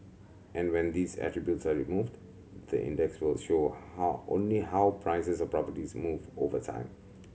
and when these attribute removed the index will show how only how prices of properties move over time